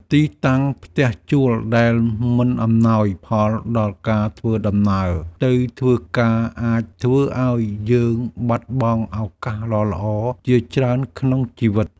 ទីតាំងផ្ទះជួលដែលមិនអំណោយផលដល់ការធ្វើដំណើរទៅធ្វើការអាចធ្វើឱ្យយើងបាត់បង់ឱកាសល្អៗជាច្រើនក្នុងជីវិត។